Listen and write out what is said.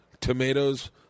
tomatoes